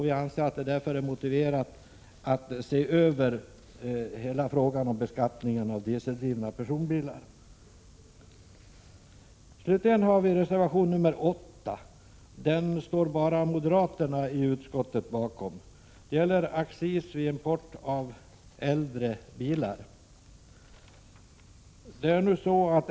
Vi anser det därför vara motiverat att se över hela frågan om beskattningen av dieseldrivna personbilar. Reservation 8 står bara moderaterna i utskottet bakom. Den gäller accis vid import av äldre bilar.